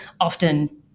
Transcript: often